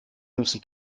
müssen